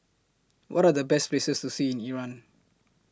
What Are The Best Places to See in Iran